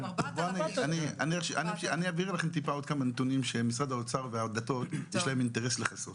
אני אבהיר לכם עוד כמה נתונים שמשרד האוצר והדתות יש להם אינטרס לכסות.